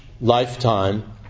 lifetime